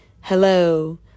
Hello